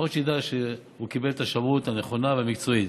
לפחות שידע שהוא קיבל את השמאות הנכונה והמקצועית.